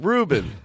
Ruben